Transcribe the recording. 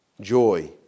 joy